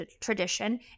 tradition